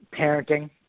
parenting